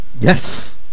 Yes